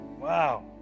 Wow